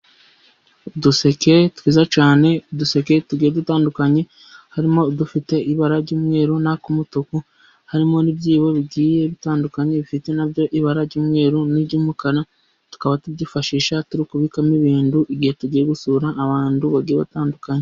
Uduseke twiza cyane, uduseke tugiye dutandukanye, harimo udufite ibara ry'umweru, n'ak'umutuku, harimo n'ibyibo bigiye bitandukanye, bifite nabyo ibara ry'umweru n'iry'umukara, tukaba tubyifashisha turi kubikamo ibintu, igihe tugiye gusura abantu bagiye batandukanye.